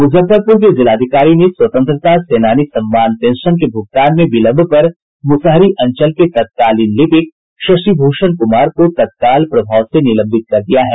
मुजफ्फरपुर के जिलाधिकारी ने स्वतंत्रता सेनानी सम्मान पेंशन के भुगतान में विलंब पर मुसहरी अंचल के तत्कालीन लिपिक शशिभूषण कुमार को तत्काल प्रभाव से निलंबित कर दिया है